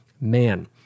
man